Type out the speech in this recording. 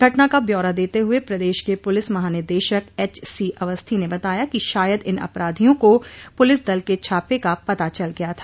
घटना का ब्यौरा देते हुए प्रदेश क पुलिस महानिदेशक एच सी अवस्थी ने बताया कि शायद इन अपराधियों को पुलिस दल के छापे का पता चल गया था